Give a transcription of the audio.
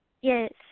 Yes